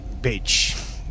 Bitch